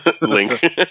Link